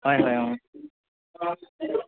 হয় হয় অঁ